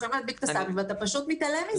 יכולים להדביק את הסבים ואתה פשוט מתעלם מזה.